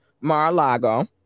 Mar-a-Lago